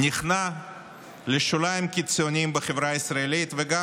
נכנע לשוליים קיצוניים בחברה הישראלית וגם